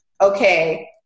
okay